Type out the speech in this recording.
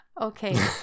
Okay